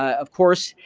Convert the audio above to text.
of course,